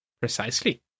Precisely